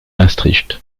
maastricht